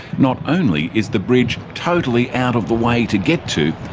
not only is the bridge totally out of the way to get to,